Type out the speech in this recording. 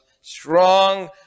strong